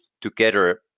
together